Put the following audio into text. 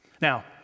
Now